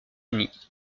unis